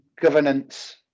governance